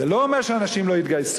זה לא אומר שאנשים לא יתגייסו,